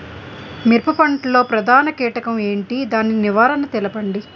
మిరప పంట లో ప్రధాన కీటకం ఏంటి? దాని నివారణ తెలపండి?